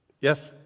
Yes